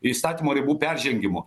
įstatymo ribų peržengimo